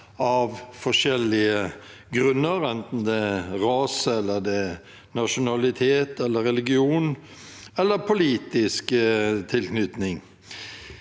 av forskjellige årsaker, enten det er rase, nasjonalitet, religion eller politisk tilknytning.